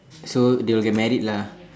so they will get married lah